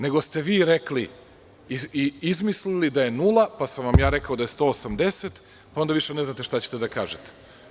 Nego ste vi rekli i izmislili da je nula, pa sam vam ja rekao da je 180, onda više ne znate šta ćete da kažete.